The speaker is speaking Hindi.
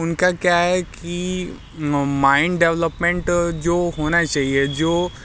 उनका क्या है कि माइंड डेवलपमेंट जो होना चाहिए जो